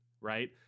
Right